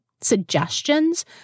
suggestions